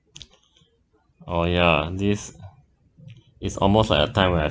oh ya this it's almost like a time when I